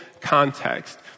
context